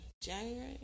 January